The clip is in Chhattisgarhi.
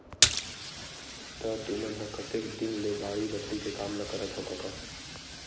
त तुमन ह कतेक दिन ले बाड़ी बखरी के काम ल करत हँव कका?